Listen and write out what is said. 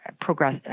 progress